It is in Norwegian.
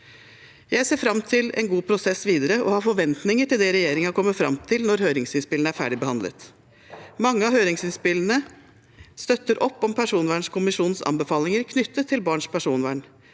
Jeg ser fram til en god prosess videre og har forventninger til det regjeringen kommer fram til når høringsinnspillene er ferdigbehandlet. Mange av høringsinnspillene støtter opp om personvernkommisjonens anbefalinger knyttet til barns personvern,